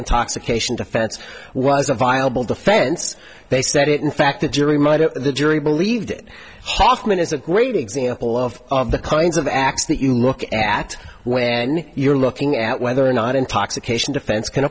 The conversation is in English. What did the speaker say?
intoxication defense was a viable defense they said it in fact the jury might have the jury believed hofmann is a great example of of the kinds of acts that you look at when you're looking at whether or not intoxication defense can